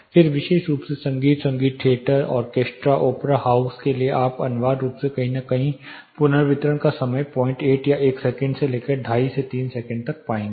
फिर विशेष रूप से संगीत संगीत थिएटर ऑर्केस्ट्रा ओपेरा हाउस के लिए आप अनिवार्य रूप से कहीं कहीं पुनर्वितरण का समय 08 या 1 सेकंड से लेकर 25 3 सेकंड तक पाएंगे